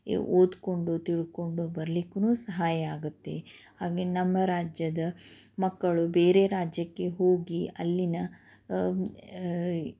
ಓದಿಕೊಂಡು ತಿಳ್ಕೊಂಡು ಬರ್ಲಿಕ್ಕೂ ಸಹಾಯ ಆಗತ್ತೆ ಹಾಗೆ ನಮ್ಮ ರಾಜ್ಯದ ಮಕ್ಕಳು ಬೇರೆ ರಾಜ್ಯಕ್ಕೆ ಹೋಗಿ ಅಲ್ಲಿನ